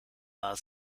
war